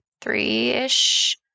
three-ish